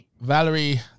Valerie